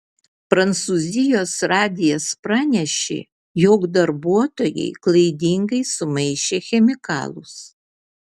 prancūzijos radijas pranešė jog darbuotojai klaidingai sumaišė chemikalus